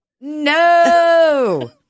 No